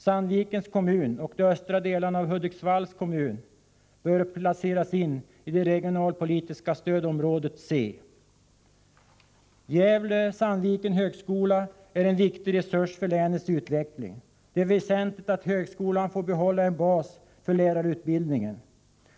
Sandvikens kommun och de östra delarna av Hudiksvalls kommun bör placeras in i det regionalpolitiska stödområdet C. Gävle/Sandvikens högskola är en viktig resurs för länets utveckling. Det är väsentligt att högskolan får behålla en bas för lärarutbildningen.